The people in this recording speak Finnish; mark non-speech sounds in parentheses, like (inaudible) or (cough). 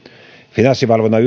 finanssivalvonnan (unintelligible)